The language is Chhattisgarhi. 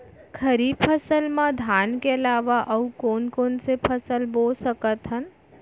खरीफ फसल मा धान के अलावा अऊ कोन कोन से फसल बो सकत हन?